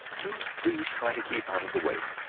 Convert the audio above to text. do please try to keep out of the way!